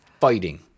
fighting